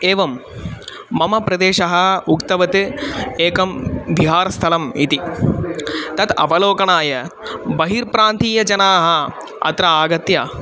एवं मम प्रदेशः उक्तवत् एकं विहारस्थलम् इति तत् अवलोकनाय बहिर्प्रान्तीयजनाः अत्र आगत्य